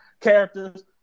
characters